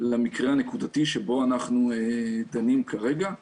למקרה הנקודתי שבו אנחנו דנים כרגע,